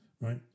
right